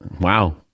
wow